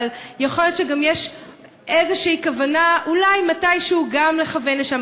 אבל יכול להיות שיש גם איזושהי כוונה אולי מתישהו גם לכוון לשם,